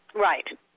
Right